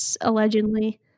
allegedly